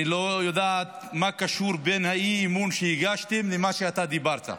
אני לא יודעת מה הקשר בין האי-אמון שהגשתם למה שאתה אמרת.